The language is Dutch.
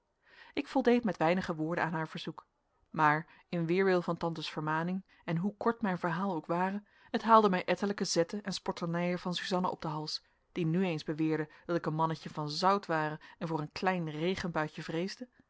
ik voldeed met weinige woorden aan haar verzoek maar in weerwil van tantes vermaning en hoe kort mijn verhaal ook ware het haalde mij ettelijke zetten en spotternijen van suzanna op den hals die nu eens beweerde dat ik een mannetje van zout ware en voor een klein regenbuitje vreesde